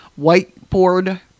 whiteboard